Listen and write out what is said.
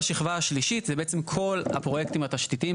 בשכבה השלישית זה בעצם כל הפרויקטים התשתיתיים,